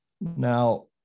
Now